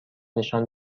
نشان